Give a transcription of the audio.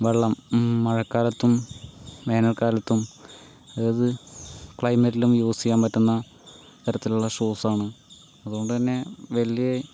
വെള്ളം മഴക്കാലത്തും വേനൽക്കാലത്തും ഏത് ക്ലൈമറ്റിലും യൂസ് ചെയ്യാൻ പറ്റുന്ന തരത്തിലുള്ള ഷൂസാണ് അതുകൊണ്ട് തന്നെ വലിയ